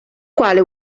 quale